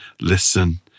listen